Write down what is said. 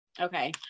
Okay